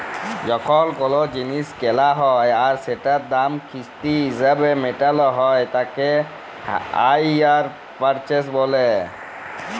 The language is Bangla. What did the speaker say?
যখন কোলো জিলিস কেলা হ্যয় আর সেটার দাম কিস্তি হিসেবে মেটালো হ্য়য় তাকে হাইয়ার পারচেস বলে